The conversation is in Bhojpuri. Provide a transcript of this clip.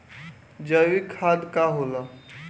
जैवीक खाद का होला?